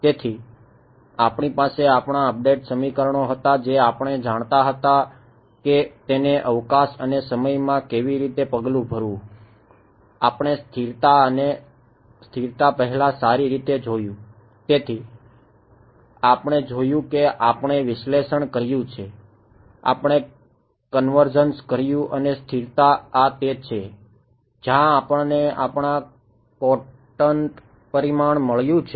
તેથી આપણી પાસે આપણા અપડેટ સમીકરણો હતા જે આપણે જાણતા હતા કે તેને અવકાશ અને સમયમાં કેવી રીતે પગલું ભરવું આપણે સ્થિરતા અને સ્થિરતા પહેલા સારી રીતે જોયું તેથી આપણે જોયું કે આપણે વિશ્લેષણ કર્યું છે આપણે કન્વર્જન્સ કર્યું અને સ્થિરતા આ તે છે જ્યાં આપણને આપણા કોર્ટન્ટ પરિમાણ મળ્યું છે